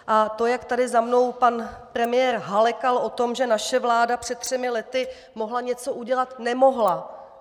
A to, jak tady za mnou pan premiér halekal o tom, že naše vláda před třemi lety mohla něco udělat nemohla!